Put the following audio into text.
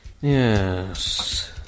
Yes